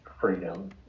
freedom